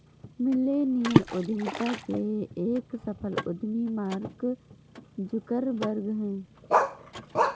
millennial उद्यमिता के एक सफल उद्यमी मार्क जुकरबर्ग हैं